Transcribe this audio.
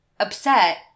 upset